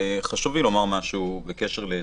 חשוב לי לומר משהו בהקשר להסדרים.